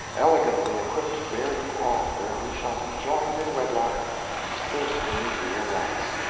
elegantly equipped to bear you off where we shall be joined in wedlock with the first connubial rights.